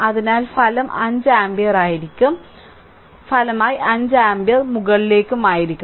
അതിനാൽ ഫലം 5 ആമ്പിയർ ആയിരിക്കും ഫലമായി 5 ആമ്പിയർ മുകളിലേക്ക് ആയിരിക്കും